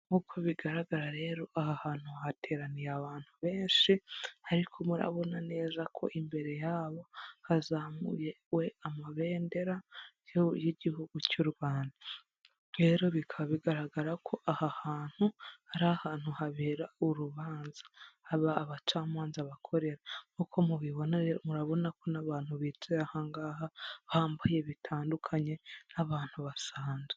Nk'uko bigaragara rero aha hantu hateraniye abantu benshi ariko murabona neza ko imbere yabo hazamuyewe amabendera y'igihugu cy'u Rwanda, rero bikaba bigaragara ko aha hantu ari ahantu habera urubanza haba abacamanza bakorera, nkuko mubibona rero murabona ko n'abantu bicaye aha ngaha bambaye bitandukanye n'abantu basanzwe.